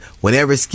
Whenever